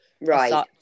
Right